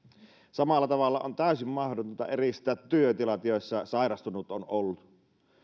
samalla tavalla on täysin mahdotonta eristää työtilat joissa sairastunut on ollut